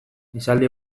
esaldi